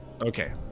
Okay